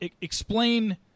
Explain